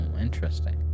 interesting